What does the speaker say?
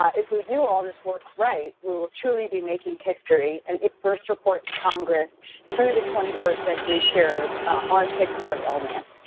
if we do all this work right, we will truly be making history, and with first report to congress through the twenty first century cures on tick-borne illness.